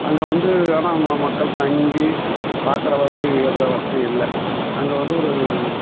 அங்கே வந்து ஆனால் மக்கள் தங்கி பாக்கிற அளவுக்கு அந்த வசதி இல்லை அங்கே வந்து ஒரு